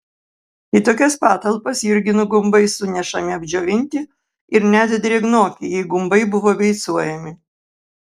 į tokias patalpas jurginų gumbai sunešami apdžiovinti ir net drėgnoki jei gumbai buvo beicuojami